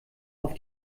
auf